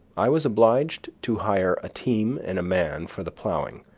i was obliged to hire a team and a man for the plowing,